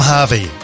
Harvey